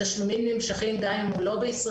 התשלומים נמשכים גם אם הוא לא בישראל,